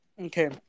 Okay